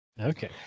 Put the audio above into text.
okay